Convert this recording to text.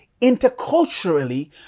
interculturally